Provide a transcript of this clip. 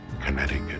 Connecticut